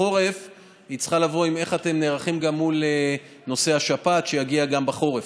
לחורף היא צריכה לבוא עם איך אתם נערכים גם מול נושא השפעת שיגיע בחורף,